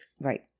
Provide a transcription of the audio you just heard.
Right